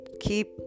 keep